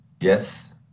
Yes